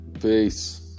Peace